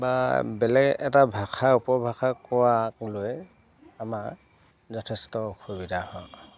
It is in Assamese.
বা বেলেগ এটা ভাষা উপভাষা কোৱাক লৈ আমাৰ যথেষ্ট অসুবিধা হয়